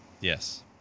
Yes